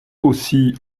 aussi